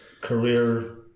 career